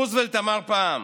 רוזוולט אמר פעם: